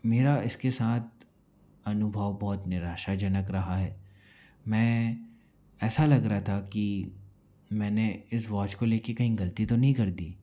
मेरा इसके साथ अनुभव बहुत निराशाजनक रहा है मैं ऐसा लग रहा था कि मैंने इस वॉच को लेके कहीं गलती तो नहीं कर दी